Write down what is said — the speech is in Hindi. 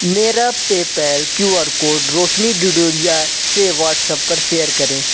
मेरा PayPal QR code Roshni Didoria से वॉट्स्ऐप पर सेयर करें